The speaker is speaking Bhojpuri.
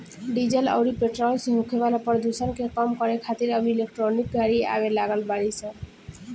डीजल अउरी पेट्रोल से होखे वाला प्रदुषण के कम करे खातिर अब इलेक्ट्रिक गाड़ी आवे लागल बाड़ी सन